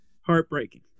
heartbreaking